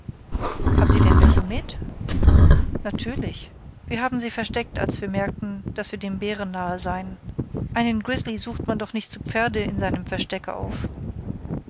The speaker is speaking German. habt ihr denn welche mit natürlich wir haben sie versteckt als wir merkten daß wir dem bären nahe seien einen grizzly sucht man doch nicht zu pferde in seinem verstecke auf